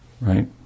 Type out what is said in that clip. right